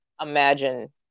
imagine